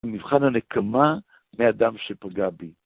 מבחן הנקמה מאדם שפגע בי.